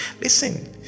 listen